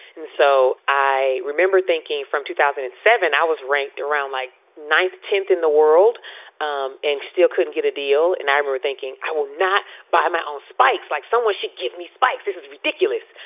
and so i remember thinking from two thousand and seven, i was ranked around like ninth, tenth in the world um and i still couldn't get a deal in armor thinking i will not buy my own spikes like someone should give me spikes. this is ridiculous.